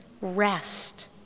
rest